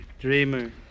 Dreamer